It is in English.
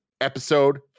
Episode